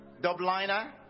Dubliner